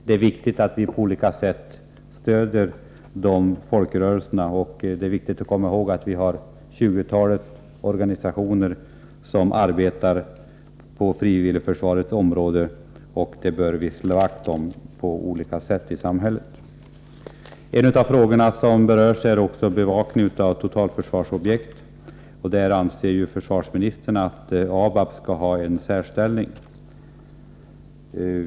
Det är viktigt att vi på olika sätt stöder dessa folkrörelser. Vi måste komma ihåg att vi har ett tjugotal organisationer som arbetar på frivilligförsvarets område, och dem bör vi slå vakt om på olika sätt i samhället. Några ord om bevakningen av totalförsvarsobjekt. Där anser försvarsministern att ABAB skall ha en särställning.